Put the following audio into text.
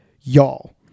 Y'all